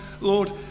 Lord